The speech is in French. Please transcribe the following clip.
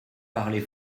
parlez